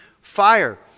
fire